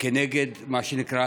מה שנקרא,